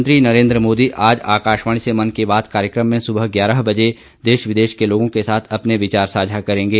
प्रधानमंत्री नरेन्द्र मोदी आज आकाशवाणी से मन की बात कार्यक्रम में सुबह ग्यारह बजे देश विदेश के लोगों के साथ अपने विचार साझा करेंगे